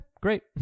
great